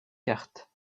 cartes